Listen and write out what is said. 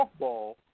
softball